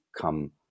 come